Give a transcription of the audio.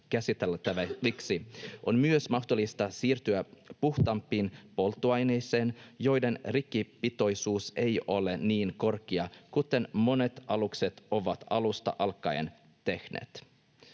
käsiteltäväksi. On myös mahdollista siirtyä puhtaampiin polttoaineisiin, joiden rikkipitoisuus ei ole niin korkea, kuten monet alukset ovat alusta alkaen tehneet.